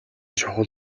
чухал